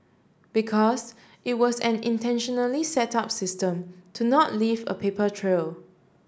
because it was an intentionally set up system to not leave a paper trail